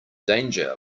danger